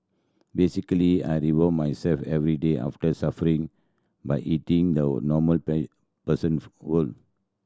basically I reward myself every day after suffering by eating the normal persons would